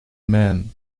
man